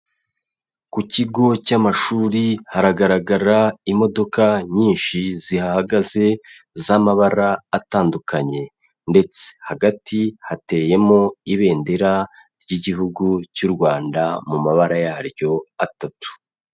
Ku kigo cy'amashuri haragaragara imodoka nyinshi zihahagaze z'amabara atandukanye ndetse hagati hateyemo ibendera ry'igihugu cy'u Rwanda mu mabara yaryo atatu.